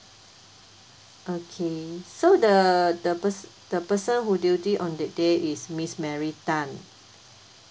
okay so the the pers~ the person who duty on that day is miss mary tan